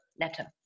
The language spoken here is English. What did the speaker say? letter